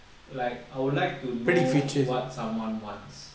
like I would like to know what someone wants